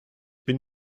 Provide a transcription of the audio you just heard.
bin